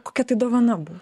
kokia tai dovana buvo